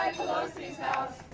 pelosi's house.